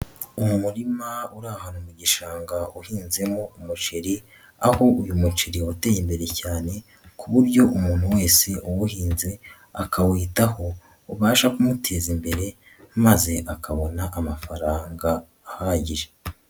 Umurima uri ahantu mu gishanga uhinzemo umuceri aho uyu muceri wateye imbere cyane ku buryo umuntu wese uwuhinze akawitaho ubasha kumuteza imbere maze akabona amafaranga ahagije.